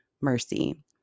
mercy